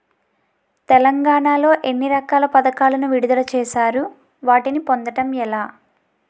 తెలంగాణ లో ఎన్ని రకాల పథకాలను విడుదల చేశారు? వాటిని పొందడం ఎలా?